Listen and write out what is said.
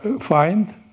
find